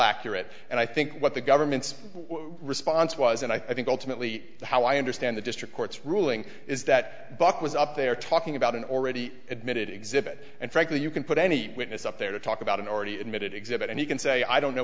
accurate and i think what the government's response was and i think ultimately how i understand the district court's ruling is that buck was up there talking about an already admitted exhibit and frankly you can put any witness up there to talk about an already admitted exhibit and you can say i don't know